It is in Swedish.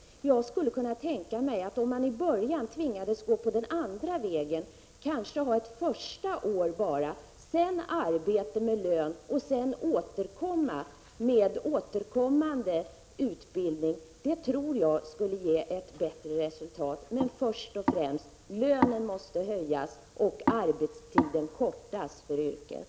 Jag skulle kunna tänka mig att om man i början tvingades gå den andra vägen och kanske bara ha ett första år, sedan arbete med lön och därefter återkommande utbildning skulle det ge ett bättre resultat. Men först och främst: Lönen måste höjas och arbetstiden minskas för yrket.